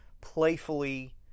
playfully